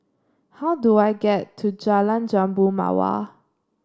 how do I get to Jalan Jambu Mawar